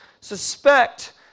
suspect